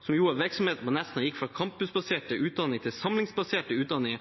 som gjorde at virksomheten på Nesna gikk fra campusbaserte utdanninger til samlingsbaserte utdanninger,